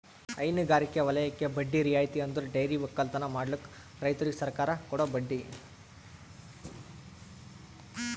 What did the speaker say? ಹೈನಗಾರಿಕೆ ವಲಯಕ್ಕೆ ಬಡ್ಡಿ ರಿಯಾಯಿತಿ ಅಂದುರ್ ಡೈರಿ ಒಕ್ಕಲತನ ಮಾಡ್ಲುಕ್ ರೈತುರಿಗ್ ಸರ್ಕಾರ ಕೊಡೋ ಬಡ್ಡಿ